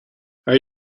are